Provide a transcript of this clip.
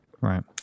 Right